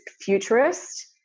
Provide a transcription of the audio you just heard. futurist